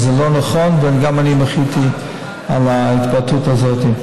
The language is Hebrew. וזה לא נכון, וגם אני מחיתי על ההתבטאות הזאת.